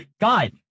God